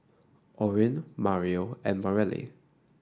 Orrin Mario and Mareli